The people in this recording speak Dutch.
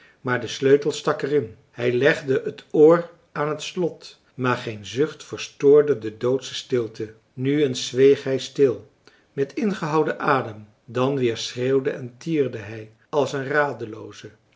maar de sleutel stak er in hij legde het oor aan het slot maar geen zucht verstoorde de doodsche stilte nu eens zweeg hij stil met ingehouden adem dan weer schreeuwde en tierde hij als een